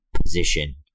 position